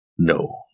No